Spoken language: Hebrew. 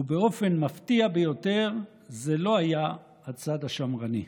ובאופן מפתיע ביותר זה לא היה הצד השמרני.